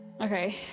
Okay